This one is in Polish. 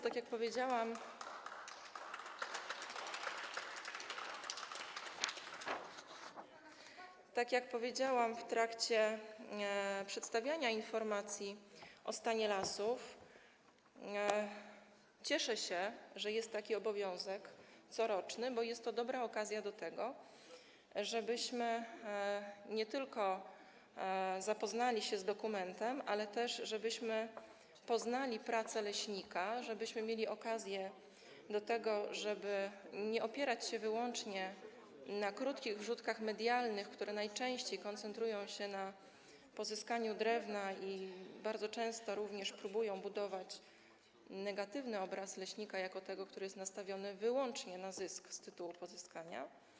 Tak jak powiedziałam w trakcie przedstawiania informacji o stanie lasów, cieszę się, że jest taki coroczny obowiązek, bo jest to dobra okazja do tego, żebyśmy nie tylko zapoznali się z dokumentem, ale też poznali pracę leśnika, mieli okazję do tego, żeby nie opierać się wyłącznie na krótkich wrzutkach medialnych, które najczęściej koncentrują się na pozyskaniu drewna i bardzo często również próbują budować negatywny obraz leśnika jako tego, który jest nastawiony wyłącznie na zysk z tytułu pozyskania.